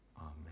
Amen